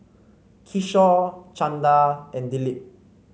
Kishore Chanda and Dilip